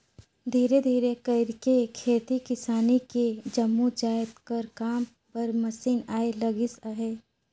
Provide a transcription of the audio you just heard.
धीरे धीरे कइरके खेती किसानी के जम्मो जाएत कर काम बर मसीन आए लगिस अहे